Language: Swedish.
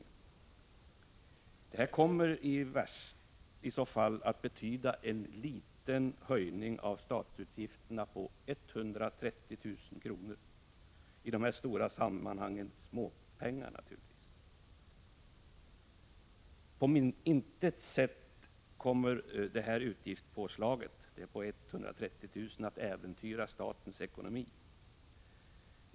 Det kommer 29 april 1986 iså fall att betyda en liten höjning av statens utgifter, med 130 000 kr. Det är i de här stora sammanhangen småpengar naturligtvis. På intet sätt kommer detta utgiftspåslag med 130 000 kr. att äventyra statens ekonomi.